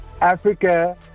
Africa